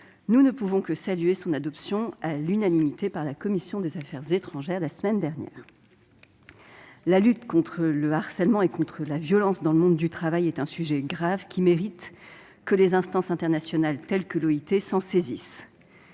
Nous ne pouvons que saluer son adoption à l'unanimité, la semaine dernière, par la commission des affaires étrangères, de la défense et des forces armées. La lutte contre le harcèlement et la violence dans le monde du travail est un sujet grave, qui mérite que les instances internationales, telles que l'OIT, s'en saisissent.